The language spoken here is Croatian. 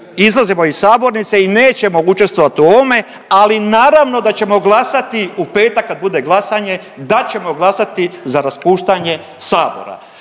izlazimo iz sabornice i nećemo učestvovati u ovome, ali naravno da ćemo glasati u petak kad bude glasanje da ćemo glasati za raspuštanje sabora.